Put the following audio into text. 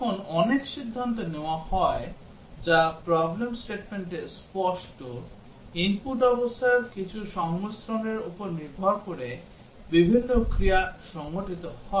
যখন অনেক সিদ্ধান্ত নেওয়া হয় যা problem statement এ স্পষ্ট input অবস্থার কিছু সংমিশ্রণের উপর নির্ভর করে বিভিন্ন ক্রিয়া সংঘটিত হয়